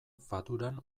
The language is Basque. faduran